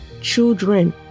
children